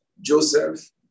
Joseph